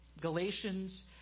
Galatians